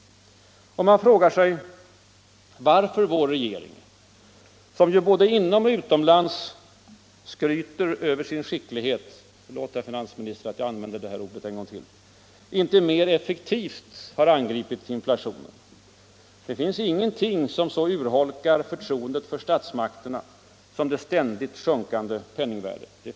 Man frågar sig varför vår regering, som ju både inomoch utomlands skryter över sin skicklighet — förlåt, herr finansminister, att jag använder det ordet en gång till — inte mer effektivt angripit inflationen. Det finns ingenting som så urholkar förtroendet för statsmakterna som det ständigt sjunkande penningvärdet.